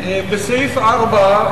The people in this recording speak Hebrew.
בסעיף 4,